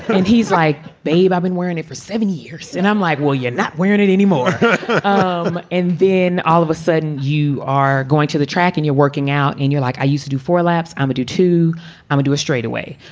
and he's like, babe, i've been wearing it for seven years. and i'm like, well, you're not wearing it anymore. um and then all of a sudden you are going to the track and you're working out and you're like, i used to do four laps um do, too. i would um do a straight away.